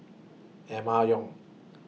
Emma Yong